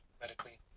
medically